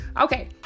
Okay